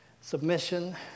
Submission